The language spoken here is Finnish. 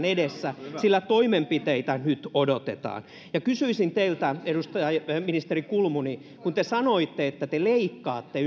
edessä sillä toimenpiteitä nyt odotetaan kysyisin teiltä ministeri kulmuni te sanoitte että te leikkaatte